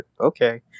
okay